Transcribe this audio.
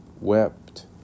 wept